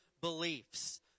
beliefs